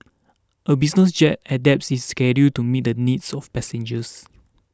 a business jet adapts its schedule to meet the needs of passengers